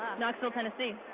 knoxville, tennessee.